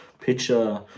picture